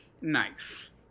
Nice